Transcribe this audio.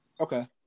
Okay